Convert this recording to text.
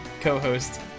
co-host